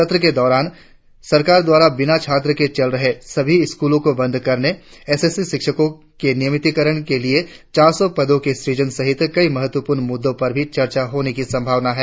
सत्र के दौरान सरकार द्वारा बिना छात्र के चल रहे सभी स्कूलों को बंद करने एस एस ए शिक्षकों के नियमितीकरण के लिए चार सौ पदों का सूजन सहित कई महत्वपूर्ण मुद्दों पर भी चर्चा होने की संभावना है